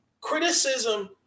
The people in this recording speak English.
criticism